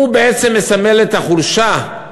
הוא בעצם מסמל את החולשה,